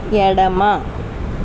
ఎడమ